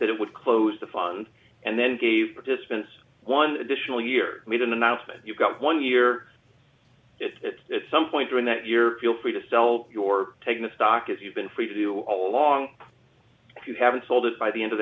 that it would close the fund and then gave participants one additional year made an announcement you've got one year it's some point during that year feel free to sell your take the stock if you've been free to do all along if you haven't sold it by the end of